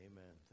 Amen